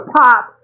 pop